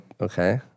okay